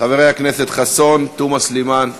חברי הכנסת חסון, תומא סלימאן ועוד.